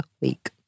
week